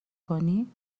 کنی